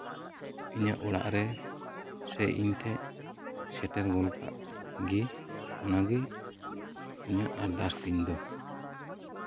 ᱤᱧᱟᱹᱜ ᱚᱲᱟᱜ ᱥᱮ ᱤᱧ ᱴᱷᱮᱡ ᱥᱮᱴᱮᱨ ᱜᱚᱫ ᱠᱟᱜ ᱜᱮ ᱤᱧᱟᱹᱜ ᱟᱨᱫᱟᱥ ᱛᱤᱧ ᱫᱚ